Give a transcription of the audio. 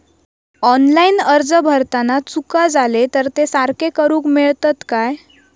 Online अर्ज भरताना चुका जाले तर ते सारके करुक मेळतत काय?